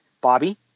Bobby